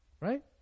Right